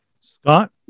Scott